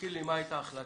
תזכיר לי מה הייתה ההחלטה.